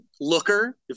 Looker